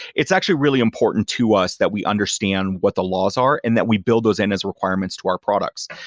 it's actually really important to us that we understand what the laws are and that we build those in as requirements to our products.